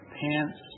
pants